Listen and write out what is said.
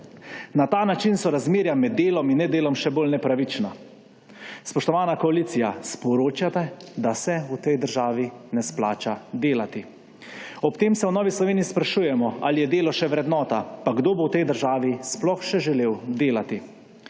Na ta način so razmerja med delom in nedelom še bolj nepravična. Spoštovana koalicija, sporočate, da se v tej državi ne splača delati. Ob tem se v Novi Sloveniji sprašujemo, ali je delo še vrednota, pa kdo bo v tej državi sploh še želel delati.